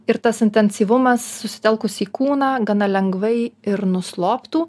ir tas intensyvumas susitelkus į kūną gana lengvai ir nusloptų